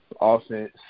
offense